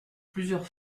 plusieurs